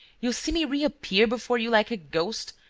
you see me reappear before you like a ghost,